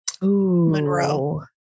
Monroe